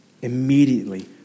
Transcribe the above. immediately